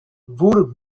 wór